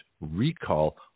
recall